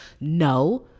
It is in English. no